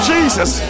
Jesus